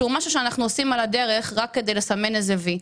שהוא משהו שאנחנו עושים על הדרך רק כדי לסמן איזה "וי".